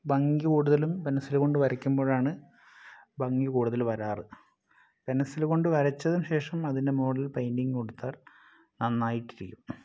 ഭംഗി കൂടുതലും പെൻസില് കൊണ്ട് വരയ്ക്കുമ്പോഴാണ് ഭംഗി കൂടുതല് വരാറ് പെൻസില് കൊണ്ട് വരച്ചതിന് ശേഷം അതിൻ്റെ മുകളിൽ പെയിൻറ്റിങ് കൊടുത്താൽ നന്നായിട്ടിരിക്കും